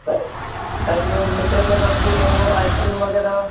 त साईं ॿियों मिठे में रसगुल्लो आइस्क्रीम वग़ैरह